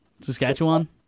Saskatchewan